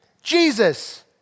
Jesus